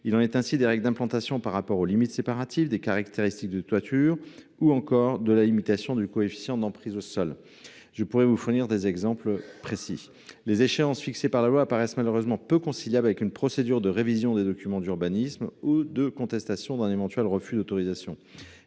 Il en est ainsi des règles d’implantation par rapport aux limites séparatives, des caractéristiques de toitures, ou encore de la limitation du coefficient d’emprise au sol. Je pourrais vous fournir des exemples précis. Les échéances fixées par la loi apparaissent malheureusement peu conciliables avec une procédure de révision des documents d’urbanisme ou de contestation d’un éventuel refus d’autorisation.